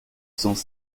cents